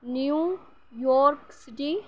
New York City